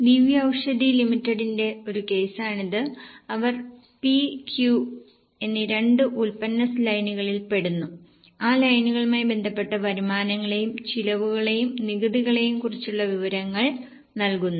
ദിവ്യ ഔഷധി ലിമിറ്റഡിന്റെ ഒരു കേസാണിത് അവർ P Q എന്നീ രണ്ട് ഉൽപ്പന്ന ലൈനുകളിൽ പെടുന്നു ആ ലൈനുകളുമായി ബന്ധപ്പെട്ട വരുമാനങ്ങളെയും ചിലവുകളെയും നികുതികളെയും കുറിച്ചുള്ള വിവരങ്ങൾ നൽകുന്നു